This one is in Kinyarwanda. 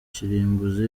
kirimbuzi